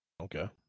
Okay